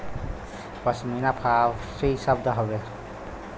पश्मीना फारसी शब्द हउवे